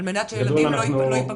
על מנת שילדים לא יפגעו.